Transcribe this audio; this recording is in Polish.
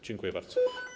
Dziękuję bardzo.